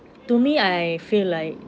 to me I feel like